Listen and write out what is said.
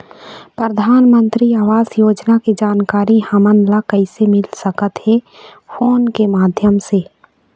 परधानमंतरी आवास योजना के जानकारी हमन ला कइसे मिल सकत हे, फोन के माध्यम से?